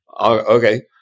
Okay